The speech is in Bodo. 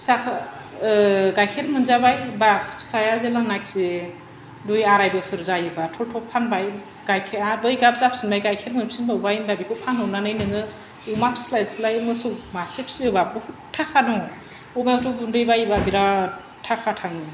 फिसाखौ गाइखेर मोनजाबाय बास फिसाया जेलानाखि दुइ आराइ बोसोर जायोबा थब थब फानबाय गाइखेर आरो बै गाब जाफिनबा गाइखेर मोनफिनबावबाय होमबा बेखौ फानहरनानै नोङो अमा फिस्लायस्लाय मोसौ मासे फियोबा बहुत थाखा दङ अमानो गुन्दै बायोबा बिराथ थाखा थाङो